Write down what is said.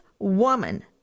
woman